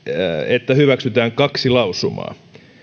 että hyväksytään kaksi lausumaa